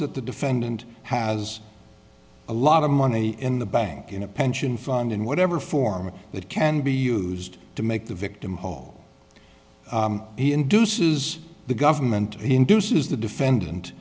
defendant has a lot of money in the bank in a pension fund in whatever form that can be used to make the victim whole he induces the government induces the defendant